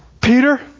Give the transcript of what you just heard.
Peter